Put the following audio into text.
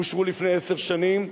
אושרו לפני עשר שנים,